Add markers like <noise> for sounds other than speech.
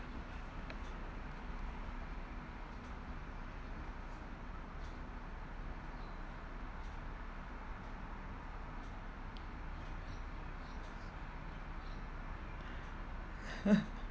<laughs>